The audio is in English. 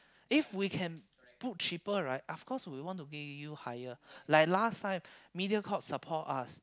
if we can book cheaper right of course we want to give you higher like last time Mediacorp support us